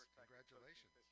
congratulations